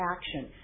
action